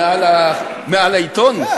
למה, הוא מעל העיתון?